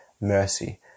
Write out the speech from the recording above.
mercy